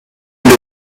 end